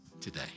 today